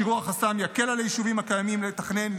שחרור החסם יקל על היישובים הקיימים לתכנן,